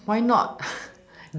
why not